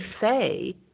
say